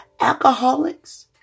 alcoholics